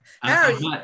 Harry